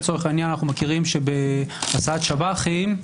לצורך העניין אנחנו מכירים שבהסעת שב"חים,